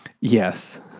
Yes